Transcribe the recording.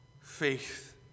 Faith